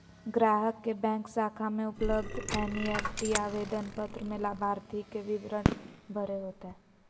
ग्राहक के बैंक शाखा में उपलब्ध एन.ई.एफ.टी आवेदन पत्र में लाभार्थी के विवरण भरे होतय